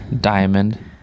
diamond